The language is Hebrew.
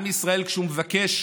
עם ישראל, כשהוא מבקש